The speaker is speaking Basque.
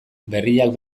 berriak